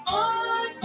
on